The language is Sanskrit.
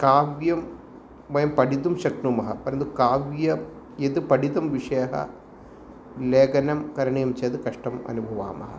काव्यं वयं पठितुं शक्नुमः परन्तु काव्यं यत् पठितं विषयः लेखनं करणीयं चेद् कष्टम् अनुभवामः